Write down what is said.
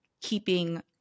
keeping